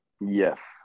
Yes